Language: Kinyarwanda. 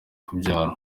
kubyara